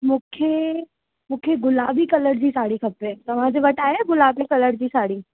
मूंखे मूंखे गुलाबी कलर जी साड़ी खपे तव्हांजे वटि आहे या गुलाबी कलर जी साड़ी